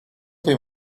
him